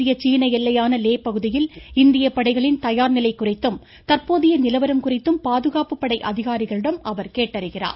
இந்திய சீன எல்லையான லே பகுதியில் இந்திய படைகளின் தயார் நிலை குறித்தும் தற்போதைய நிலவரம் குறித்தும் பாதுகாப்பு படை அதிகாரிகளிடம் அவர் கேட்டறிகிறார்